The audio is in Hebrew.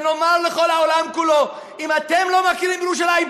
שנאמר לכל העולם כולו: אם אתם לא מכירים בירושלים,